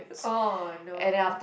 ah no